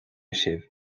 sibh